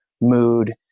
mood